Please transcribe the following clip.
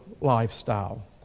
lifestyle